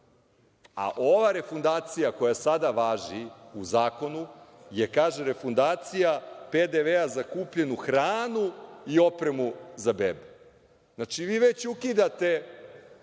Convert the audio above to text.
a ova refundacija koja sada važi u zakonu je, kaže, refundacija PDV za kupljenu hranu i opremu za bebe. Znači, vi već ukidate